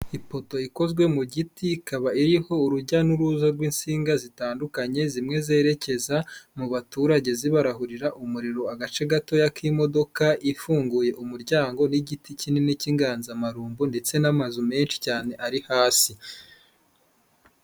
Ipoto ikozwe mu giti, ikaba iriho urujya n'uruza rw'insinga zitandukanye, zimwe zerekeza mu baturage zibarahurira umuriro, agace gato k'imodoka ifunguye umuryango n'igiti kinini cy'inganzamarumbu ndetse n'amazu menshi cyane ari hasi.